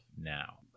now